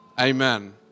Amen